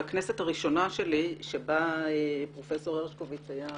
בכנסת הראשונה שלי, שבה פרופ' הרשקוביץ היה